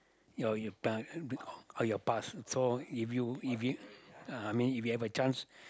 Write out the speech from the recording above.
your you or your past so if you if you uh I mean if you have a chance